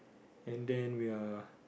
and then we are